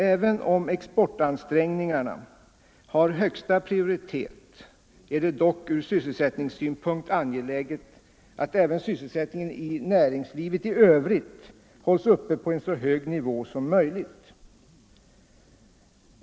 Även om exportansträngningarna har högsta prioritet är det dock från sysselsättningssynpunkt angeläget att även sysselsättningen i näringslivet i övrigt hålls uppe på så hög nivå som möjligt.